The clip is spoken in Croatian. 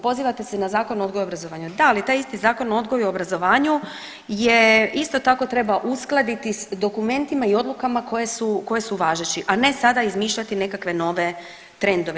Pozivate se na Zakon o odgoju i obrazovanju, da ali taj isti Zakon o odgoju i obrazovanju je isto tako treba uskladiti s dokumentima i odlukama koje su, koje su važeći, a ne sada izmišljati nekakve nove trendove.